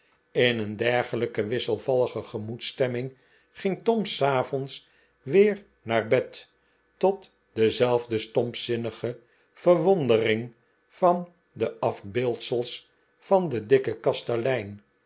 in een dergelijke wisselvallige gemoedsstemming ging tom r s avonds weer naar bed tot dezelfde stompzinnige verwondering van de afbeeldsels van den dikken kastelein